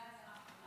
זו ההצעה האחרונה?